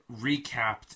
recapped